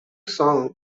song